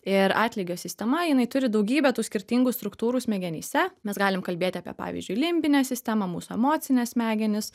ir atlygio sistema jinai turi daugybę tų skirtingų struktūrų smegenyse mes galim kalbėti apie pavyzdžiui limbinę sistemą mūsų emocines smegenis